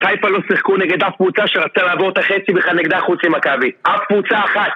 חיפה לא שיחקו נגד אף קבוצה שרצתה לעבור את החצי בכלל נגדה חוץ ממכבי, אף קבוצה אחת